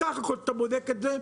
בסך הכל אתה בודק את זה,